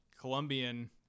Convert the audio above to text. Colombian